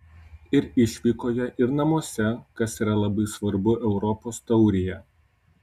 ir išvykoje ir namuose kas yra labai svarbu europos taurėje